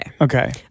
Okay